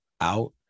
out